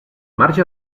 marge